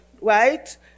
right